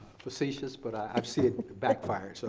facetious but i see it backfired. so